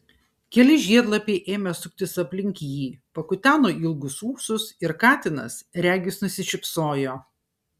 keli žiedlapiai ėmė suktis aplink jį pakuteno ilgus ūsus ir katinas regis nusišypsojo